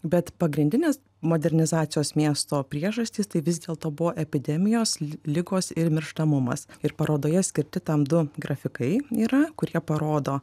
bet pagrindinės modernizacijos miesto priežastys tai vis dėlto buvo epidemijos ligos ir mirštamumas ir parodoje skirti tam du grafikai yra kurie parodo